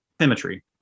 symmetry